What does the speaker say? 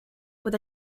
with